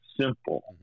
simple